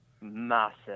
massive